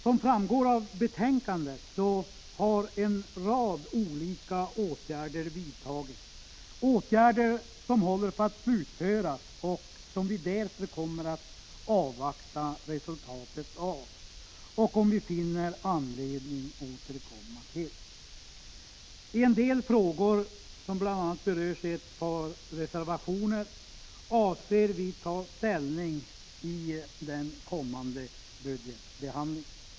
Som framgår av betänkandet har en rad olika åtgärder vidtagits, åtgärder som håller på att slutföras och som vi därför kommer att avvakta resultatet av. Om vi finner anledning återkommer vi till dem. En del frågor, som bl.a. berörs i ett par reservationer, avser vi att ta ställning till i den kommande budgetbehandlingen.